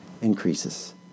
increases